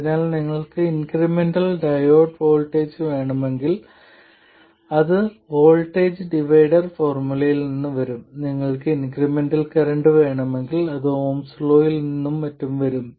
അതിനാൽ നിങ്ങൾക്ക് incremental diode voltage വേണമെങ്കിൽ അത് വോൾട്ടേജ് ഡിവൈഡർ ഫോർമുലയിൽ നിന്ന് വരും നിങ്ങൾക്ക് ഇൻക്രിമെന്റൽ കറന്റ് വേണമെങ്കിൽ അത് ഒഹ്മ്'സ് ലോ ohm's law നിന്നും മറ്റും വരും